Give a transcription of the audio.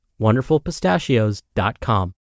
wonderfulpistachios.com